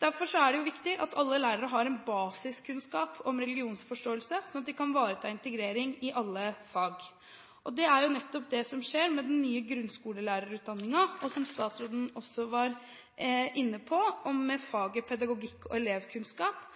Derfor er det viktig at alle lærere har en basiskunnskap om religionsforståelse, sånn at de kan ivareta integrering i alle fag. Det er nettopp det som skjer med den nye grunnskolelærerutdanningen. Som statsråden også var inne på, skal det obligatoriske faget Pedagogikk og elevkunnskap